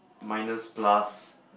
minus plus